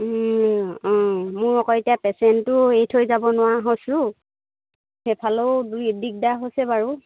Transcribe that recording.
অঁ মোৰ আকৌ এতিয়া পেচেণ্টটো হৰি থৈ যাব নোৱাৰা হৈছোঁ সেইফালেও দুই দিগদাৰ হৈছে বাৰু